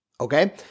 okay